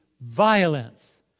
violence